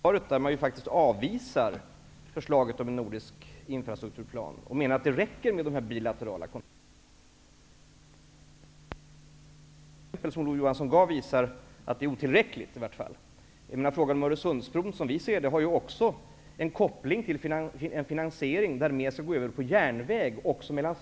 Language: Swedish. Fru talman! Jag tycker att tonläget hos Olof Johansson nu är ett annat än i interpellationssvaret, där man faktiskt avvisar förslaget om en nordisk infrastrukturplan och menar att det räcker med bilaterala kontakter. De exempel som Olof Johansson nu gav visar i vart fall att det är otillräckligt.